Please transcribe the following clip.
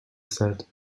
said